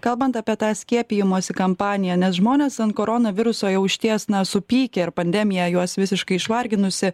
kalbant apie tą skiepijimosi kampaniją nes žmonės ant korona viruso jau išties na supykę ir pandemija juos visiškai išvarginusi